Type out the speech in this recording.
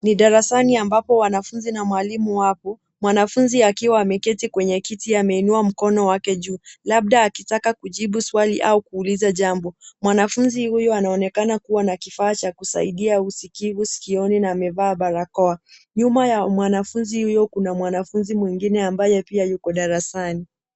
Ni darasani ambapo wanafunzi na walimu wapo. Mwanafunzi akiwa ameketi kwenye kiti ameinua mkono wake juu labda akitaka kujibu swali au kuuliza jambo. Mwanafunzi huyu anaonekana kuwa na kifaa cha kusaidia usikivu skioni na amevaa barakoa. Nyuma ya mwanafunzi huyo kuna mwanafunzi mwingine ambaye pia yuko darasani.